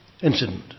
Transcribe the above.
incident